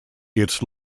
its